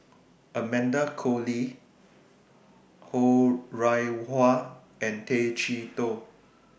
Amanda Koe Lee Ho Rih Hwa and Tay Chee Toh